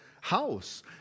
house